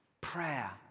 Prayer